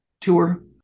tour